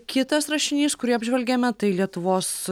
kitas rašinys kurį apžvelgiame tai lietuvos